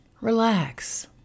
relax